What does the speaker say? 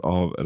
av